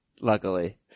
Luckily